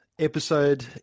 episode